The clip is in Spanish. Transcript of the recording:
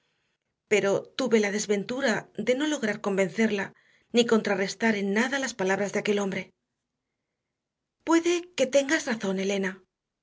pero tuve la desventura de no lograr convencerla ni contrarrestar en nada las palabras de aquel hombre puede que tengas razón elena